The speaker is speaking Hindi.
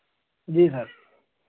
जी सर